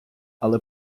але